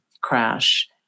crash